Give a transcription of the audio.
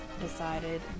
decided